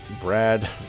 Brad